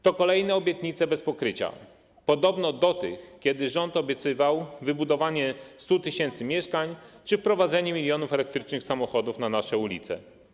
To kolejne obietnice bez pokrycia, podobne do tych, kiedy rząd obiecywał wybudowanie 100 tys. mieszkań czy wprowadzenie milionów elektrycznych samochodów na nasze ulice.